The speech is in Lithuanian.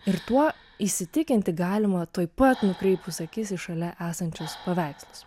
ir tuo įsitikinti galima tuoj pat nukreipus akis į šalia esančius paveikslas